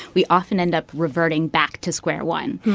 we often, end, up reverting back to square one.